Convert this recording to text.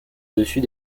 dessus